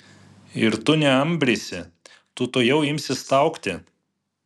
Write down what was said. ir tu neambrysi tu tuojau imsi staugti